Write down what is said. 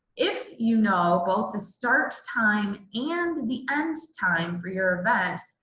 if you know both the start time and the end time for your event,